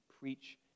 preach